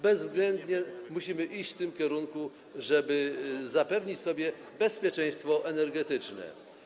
Bezwzględnie musimy iść w tym kierunku, żeby zapewnić sobie bezpieczeństwo energetyczne.